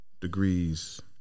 degrees